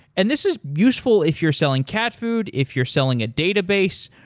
and this is useful if you're selling cat food, if you're selling a database,